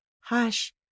Hush